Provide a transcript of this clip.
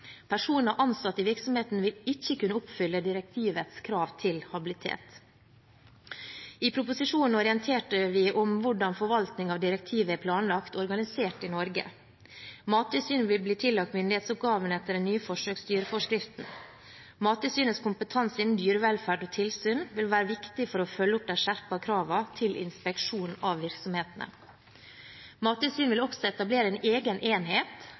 Personer ansatt i virksomheten vil ikke kunne oppfylle direktivets krav til habilitet. I proposisjonen orienterte vi om hvordan forvaltning av direktivet er planlagt organisert i Norge. Mattilsynet vil bli tillagt myndighetsoppgavene etter den nye forsøksdyrforskriften. Mattilsynets kompetanse innen dyrevelferd og tilsyn vil være viktig for å følge opp de skjerpede kravene til inspeksjon av virksomhetene. Mattilsynet vil også etablere en egen enhet